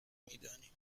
میدانیم